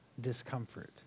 discomfort